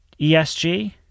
ESG